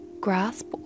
grasp